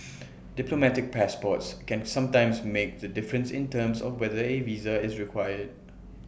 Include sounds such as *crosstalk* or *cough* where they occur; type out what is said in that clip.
*noise* diplomatic passports can sometimes make the difference in terms of whether A visa is required